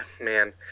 Man